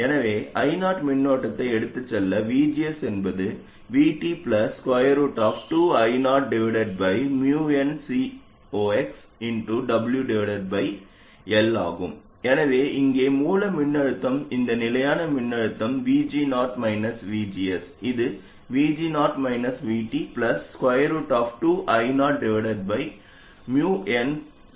எனவே I0 மின்னோட்டத்தை எடுத்துச் செல்ல VGS என்பது VT 2I0nCox ஆகும் எனவே இங்கே மூல மின்னழுத்தம் இந்த நிலையான மின்னழுத்தம் VG0 VGS இது VG0 VT 2I0nCox